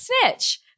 snitch